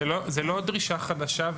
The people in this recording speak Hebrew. זו לא דרישה חדשה,